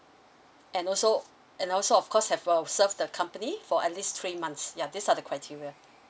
and also and also of course have uh serve the company for at least three months ya these are the criteria